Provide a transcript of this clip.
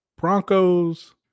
Broncos